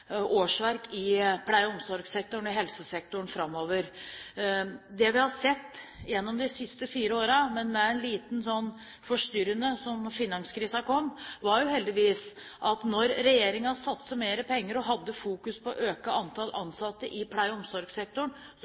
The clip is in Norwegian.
årsverk i pleie- og omsorgssektoren og i helsesektoren. Det vi har sett gjennom de siste fire årene – med en liten forstyrrelse da finanskrisen kom – er jo heldigvis at da regjeringen satset mer penger og hadde fokus på å øke antall ansatte i pleie- og omsorgssektoren,